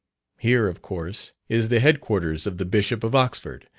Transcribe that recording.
here, of course, is the head quarters of the bishop of oxford,